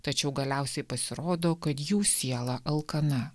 tačiau galiausiai pasirodo kad jų siela alkana